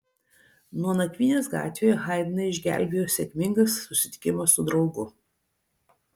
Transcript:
nuo nakvynės gatvėje haidną išgelbėjo sėkmingas susitikimas su draugu